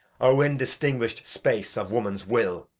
o indistinguish'd space of woman's will!